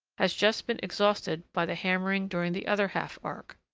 has just been exhausted by the hammering during the other half-arc.